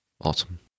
Awesome